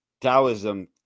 Taoism